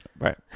Right